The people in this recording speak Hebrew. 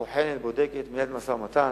בוחנת, בודקת, מנהלת משא-ומתן,